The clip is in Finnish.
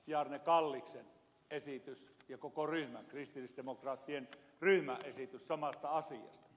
bjarne kalliksen esitys ja koko kristillisdemokraattien ryhmän esitys samasta asiasta